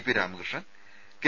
P Ramakrishnan K